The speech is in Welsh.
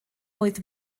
oedd